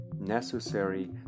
necessary